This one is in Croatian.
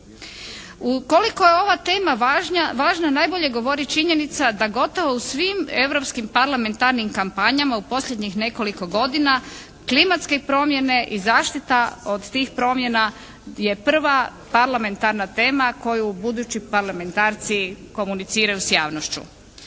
Ukoliko je ova tema važna, najbolje govori činjenica da gotovo u svim europskim parlamentarnim kampanjama u posljednjih nekoliko godina klimatske promjene i zaštita od tih promjena je prva parlamentarna tema koju budući parlamentarci komuniciraju s javnošću.